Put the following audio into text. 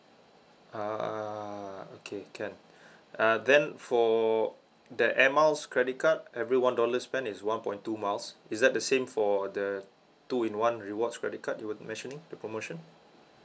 ah okay can uh then for the air miles credit card every one dollar spend is one point two miles is that the same for the two in one rewards credit card you were mentioning the promotion